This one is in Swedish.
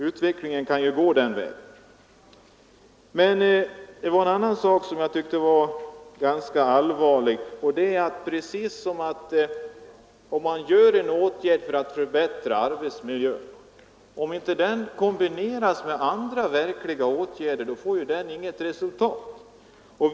Utvecklingen kan medföra att också andra företag blir berörda. En annan väsentlig fråga är att en åtgärd för att förbättra arbetsmiljön inte leder till något resultat, om den inte kombineras med andra reella åtgärder.